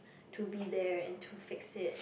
to be there and to fix it